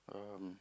um